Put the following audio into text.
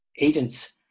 agents